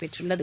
பெற்றள்ளது